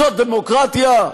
זו דמוקרטיה?